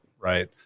Right